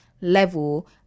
level